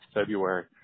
February